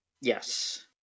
yes